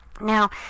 now